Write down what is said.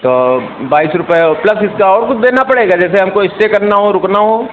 तो बाईस रुपये और प्लस इसका और कुछ देना पड़ेगा जैसे हमको इस्टे करना हो रुकना हो